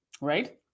right